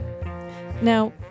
Now